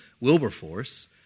Wilberforce